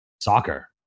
soccer